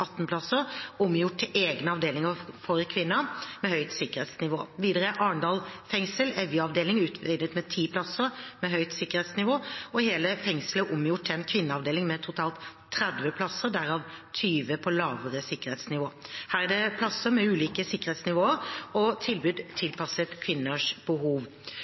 18 plasser, omgjort til egne avdelinger for kvinner med høyt sikkerhetsnivå. Videre er Arendal fengsel, Evje avdeling, utvidet med 10 plasser med høyt sikkerhetsnivå, og hele fengselet er omgjort til en kvinneavdeling med totalt 30 plasser, derav 20 på lavere sikkerhetsnivå. Her er det plasser med ulike sikkerhetsnivåer og tilbud tilpasset kvinners behov.